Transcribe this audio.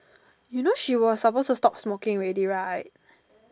you know she was suppose to stop smoking already right